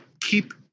Keep